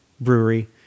Brewery